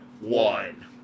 one